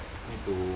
need to